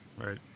right